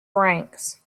ranks